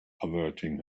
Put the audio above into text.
averting